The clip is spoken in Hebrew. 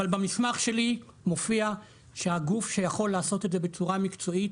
אבל במסמך שלי מופיע שהגוף שיכול לעשות את זה בצורה מקצועית,